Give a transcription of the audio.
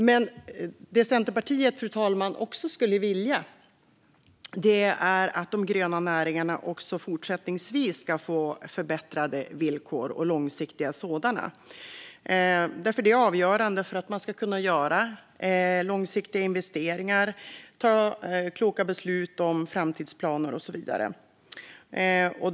Fru talman! Det som Centerpartiet också skulle vilja är att de gröna näringarna även fortsättningsvis får förbättrade och långsiktiga villkor. Det är avgörande för att man ska kunna göra långsiktiga investeringar, ta kloka beslut om framtidsplaner och så vidare.